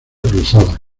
cruzada